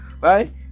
right